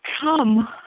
come